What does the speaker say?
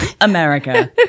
America